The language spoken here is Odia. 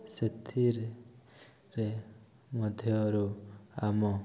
ସେଥିରେ ରେ ମଧ୍ୟରୁ ଆମ